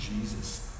Jesus